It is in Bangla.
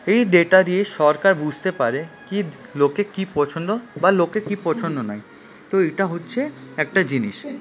এই ডেটা দিয়ে সরকার বুঝতে পারে কি লোকের কি পছন্দ বা লোকের কি পছন্দ নয় তো এটা হচ্ছে একটা জিনিস